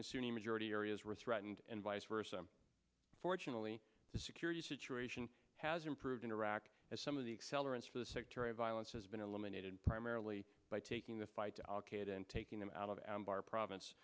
in sunni majority areas were threatened and vice versa fortunately the security situation has improved in iraq as some of the accelerants for the sectarian violence has been eliminated primarily by taking the fight to al qaeda and taking them out of anbar province